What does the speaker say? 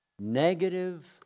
negative